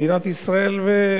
למדינת ישראל.